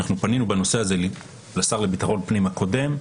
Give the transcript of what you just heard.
פנינו בנושא הזה לשר הקודם לביטחון פנים,